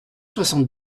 soixante